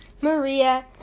Maria